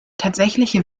tatsächliche